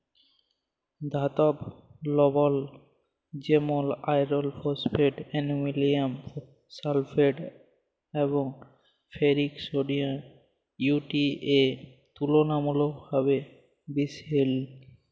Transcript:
ধাতব লবল যেমল আয়রল ফসফেট, আলুমিলিয়াম সালফেট এবং ফেরিক সডিয়াম ইউ.টি.এ তুললামূলকভাবে বিশহিল